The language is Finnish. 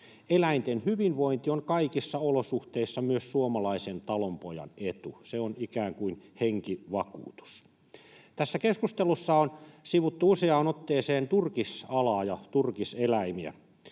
Eläinten hyvinvointi on kaikissa olosuhteissa myös suomalaisen talonpojan etu. Se on ikään kuin henkivakuutus. Tässä keskustelussa on sivuttu useaan otteeseen turkisalaa ja turkiseläimiä.